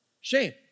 shame